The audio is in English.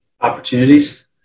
Opportunities